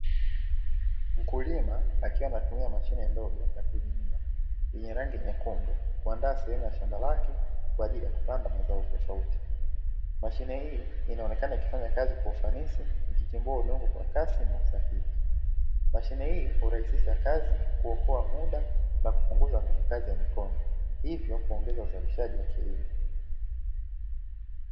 Mkulima akiwa anatumia mashine ndogo ya kulimia yenye rangi nyekundu kuandaa sehemu ya shamba lake kwa ajili ya kupanda mazao tofauti, mashine hii inaonekana ikifanya kazi kwa ufanisi ikichimbua udongo kwa kasi na usahihi, mashine hii hurahisisha kazi, huokoa muda na kupunguza nguvu kazi ya mikono hivyo huongeza uzalishaji wa kilimo.